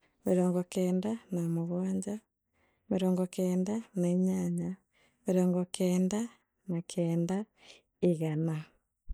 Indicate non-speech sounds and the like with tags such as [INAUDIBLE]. Mirongo kenda na mugwanja, mirongo kenda na inyanya. mirongo kenda na kenda [NOISE] igana.